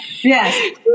Yes